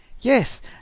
Yes